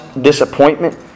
disappointment